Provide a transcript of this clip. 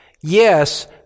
yes